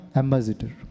ambassador